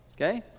Okay